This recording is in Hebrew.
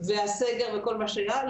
והסגר וכל מה שהיה,